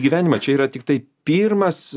gyvenimą čia yra tiktai pirmas